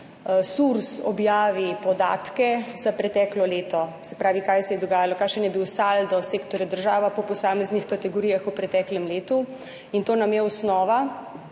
SURS objavi podatke za preteklo leto. Se pravi, kaj se je dogajalo, kakšen je bil saldo sektorja država po posameznih kategorijah v preteklem letu in to nam je osnova